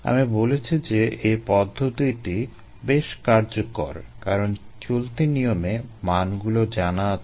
আমি বলেছি যে এই পদ্ধতিটি বেশ কার্যকর কারণ চলতি নিয়মে মানগুলো জানা আছে